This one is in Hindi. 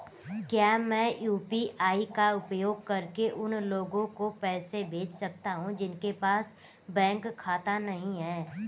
क्या मैं यू.पी.आई का उपयोग करके उन लोगों को पैसे भेज सकता हूँ जिनके पास बैंक खाता नहीं है?